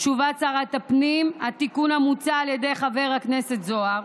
תשובת שרת הפנים: התיקון המוצע על ידי חבר הכנסת זוהר